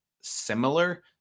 similar